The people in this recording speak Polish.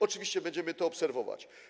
Oczywiście będziemy to obserwować.